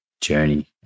journey